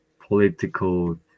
political